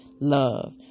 Love